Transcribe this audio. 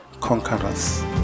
conquerors